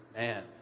Man